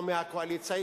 או מהקואליציה,